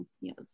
Yes